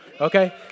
okay